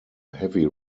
heavy